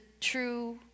true